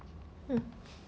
mm